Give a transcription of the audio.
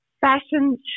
fashion